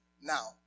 Now